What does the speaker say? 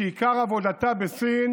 כשעיקר עבודתה בסין